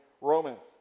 Romans